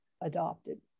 adopted